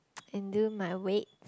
and do my weight